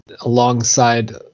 alongside